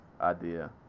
idea